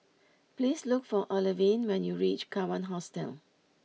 please look for Olivine when you reach Kawan Hostel